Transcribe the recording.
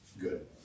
good